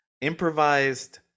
improvised